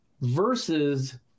versus